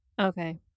Okay